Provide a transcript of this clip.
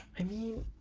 i mean